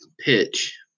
pitch